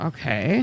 Okay